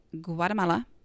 Guatemala